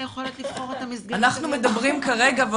אנחנו מדברים כרגע על לידה עד שלוש,